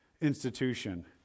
institution